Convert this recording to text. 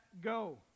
go